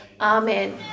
amen